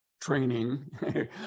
training